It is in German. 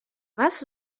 was